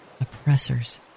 oppressors